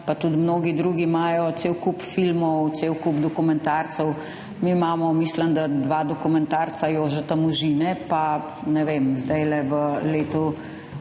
pa tudi mnogi drugi imajo cel kup filmov, cel kup dokumentarcev, mi imamo, mislim, da dva dokumentarca Jožeta Možine, pa ne vem, zdajle ob